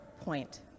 point